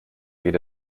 jede